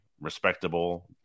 respectable